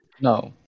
no